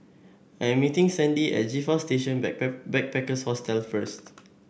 I am meeting Sandi at G Four Station Backpackers Hostel first